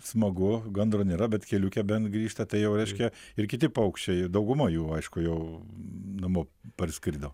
smagu gandro nėra bet keliukė bent grįžta tai jau reiškia ir kiti paukščiai dauguma jų aišku jau namo parskrido